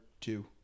two